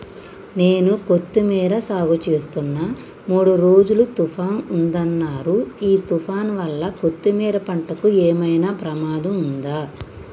నేను కొత్తిమీర సాగుచేస్తున్న మూడు రోజులు తుఫాన్ ఉందన్నరు ఈ తుఫాన్ వల్ల కొత్తిమీర పంటకు ఏమైనా ప్రమాదం ఉందా?